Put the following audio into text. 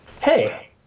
Hey